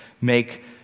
make